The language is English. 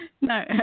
no